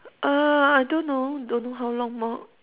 uh I don't know don't know how long more